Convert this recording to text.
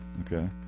Okay